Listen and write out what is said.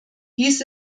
dies